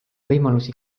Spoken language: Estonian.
võimalusi